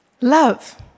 Love